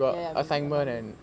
ya ya I mean monday